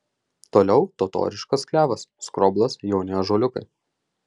toliau totoriškas klevas skroblas jauni ąžuoliukai